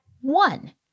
one